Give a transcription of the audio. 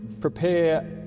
Prepare